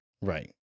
right